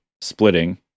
splitting